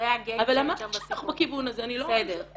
אבל אמרתי שאנחנו בכיוון הזה אני לא --- בסדר,